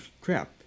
crap